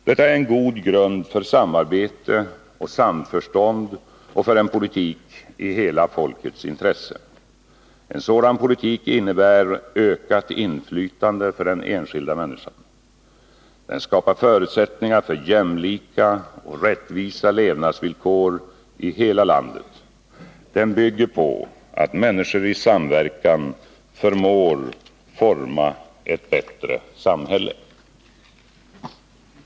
Detta är en god grund för samarbete och samförstånd och för en politik i hela folkets intresse. En sådan politik innebär ökat inflytande för den enskilda människan. Den skapar förutsättningar för jämlika och rättvisa levnadsvillkor i hela landet. Den bygger på att människor i samverkan förmår forma ett bättre samhälle. Statsministerns anmälan lades till handlingarna.